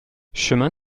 chemin